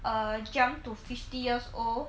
err jump to fifty years old